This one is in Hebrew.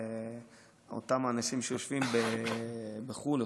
אותם אנשים שיושבים בחו"ל,